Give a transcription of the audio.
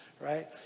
right